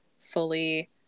fully